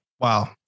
Wow